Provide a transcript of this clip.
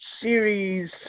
series